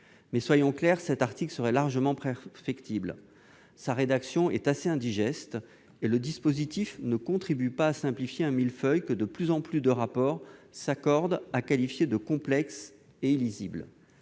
Soyons clairs, cet article est largement perfectible : sa rédaction est assez indigeste, et le dispositif ne contribue pas à simplifier un millefeuille que de plus en plus de rapports s'accordent à qualifier de complexe et d'illisible.